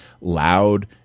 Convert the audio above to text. loud